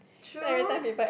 true